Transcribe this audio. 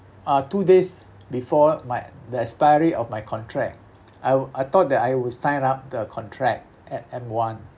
uh two days before my the expiry of my contract I w~ I thought that I would sign up the contract at M_one